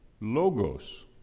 logos